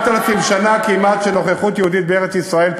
אחרי 4,000 שנה כמעט של נוכחות יהודית בארץ-ישראל,